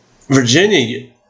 Virginia